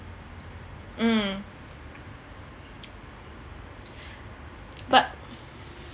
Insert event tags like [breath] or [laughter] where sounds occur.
mm [breath] but